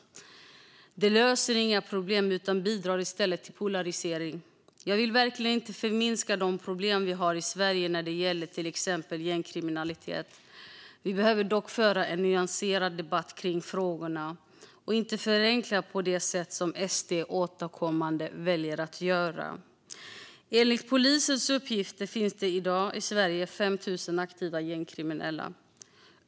Det löser inga problem utan bidrar i stället till polarisering. Jag vill verkligen inte förminska de problem vi har Sverige när det gäller till exempel gängkriminalitet. Vi behöver dock föra en nyanserad debatt kring frågorna och inte förenkla på det sätt som SD återkommande väljer att göra. Enligt polisens uppgifter finns det i dag i Sverige 5 000 aktiva gängkriminella.